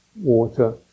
water